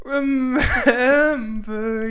Remember